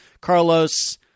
Carlos